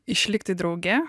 išlikti drauge